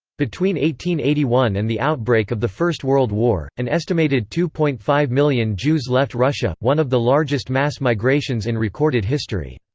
eighty one eighty one and the outbreak of the first world war, an estimated two point five million jews left russia one of the largest mass migrations in recorded history.